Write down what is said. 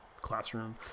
classroom